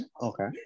Okay